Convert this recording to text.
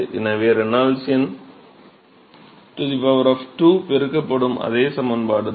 எனவே ரெனால்ட்ஸ் எண் 2 பெருக்கப்படும் அதே சமன்பாடுதான்